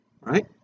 Right